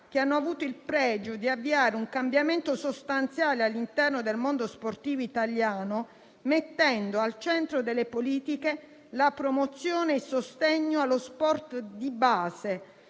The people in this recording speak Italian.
che hanno avuto il pregio di avviare un cambiamento sostanziale all'interno del mondo sportivo italiano, mettendo al centro delle politiche la promozione e il sostegno allo sport di base,